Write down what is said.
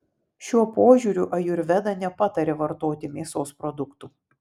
šiuo požiūriu ajurveda nepataria vartoti mėsos produktų